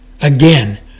Again